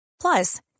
Plus